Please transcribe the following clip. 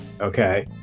Okay